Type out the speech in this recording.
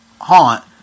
haunt